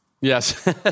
Yes